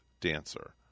dancer